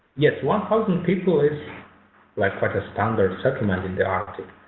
yes one thousand people is like like a standard settlement in the arctic